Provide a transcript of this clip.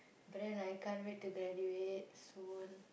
but then I can't wait to graduate soon